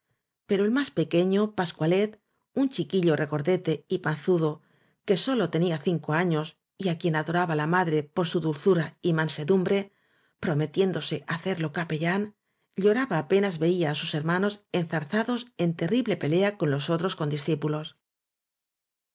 pero el más pequeño pascualet un chiquillo regordete y panzudo que sólo tenía cinco años y á quien adoraba la madre por su dulzura y mansedumbre prome tiéndose hacerlo capellán lloraba apenas veía á sus hermanos enzarzados en terrible pelea con los otros condiscípulos